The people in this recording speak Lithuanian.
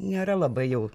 nėra labai jau